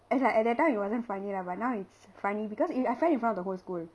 and like at that time it wasn't funny lah but now it's funny because if I fell in front of the whole school